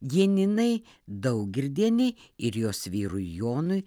janinai daugirdienei ir jos vyrui jonui